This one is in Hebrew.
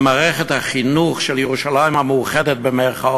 במערכת החינוך של ירושלים "המאוחדת",